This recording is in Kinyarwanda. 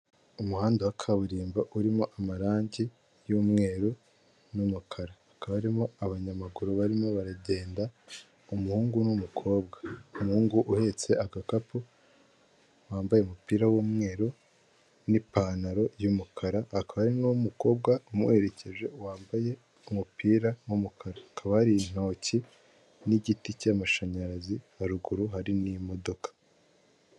Umuhanda wa kaburimbo urimo amarangi y'umweru n'umukara, hakaba harimo abanyamaguru barimo baragenda: umuhungu n'umukobwa, umuhungu uhetse agakapu wambaye umupira w'umweru n'ipantaro y'umukara, hakaba hari n'umukobwa umuherekeje wambaye umupira w'umukara, hakaba hari intoki n'igiti cy'amashanyarazi, haruguru hari n'imodoka.